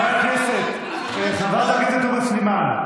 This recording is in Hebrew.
חברת הכנסת תומא סלימאן,